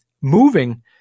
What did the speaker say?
moving